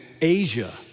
Asia